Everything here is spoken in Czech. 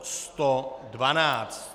112.